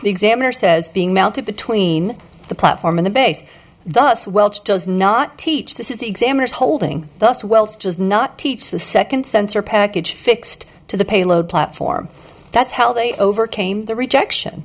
the examiner says being mounted between the platform in the base thus welsh does not teach this is the examiners holding thus well it's just not teach the second center package fixed to the payload platform that's how they overcame the rejection